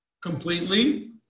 completely